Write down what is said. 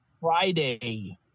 Friday